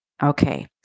Okay